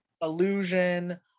illusion